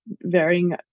varying